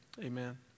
Amen